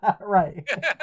Right